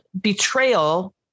Betrayal